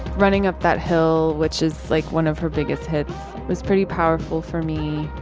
running up that hill which is like one of her biggest hits was pretty powerful for me